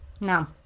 No